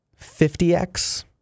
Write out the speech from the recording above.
50x